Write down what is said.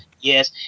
Yes